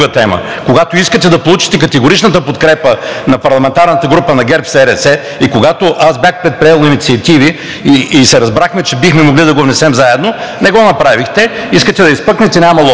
тема. Искате да получите категоричната подкрепа на парламентарната група на ГЕРБ-СДС, а когато бях предприел инициативи и се разбрахме, че бихме могли да го внесем заедно, не го направихте. Искате да изпъкнете – няма лошо.